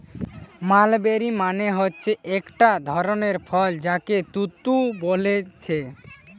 mulberry মানে হচ্ছে একটা ধরণের ফল যাকে তুত বোলছে